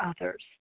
others